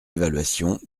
évaluation